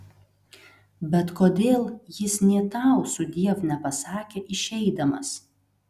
bet kodėl jis nė tau sudiev nepasakė išeidamas